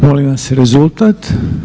Molim vas rezultat.